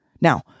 Now